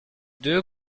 deux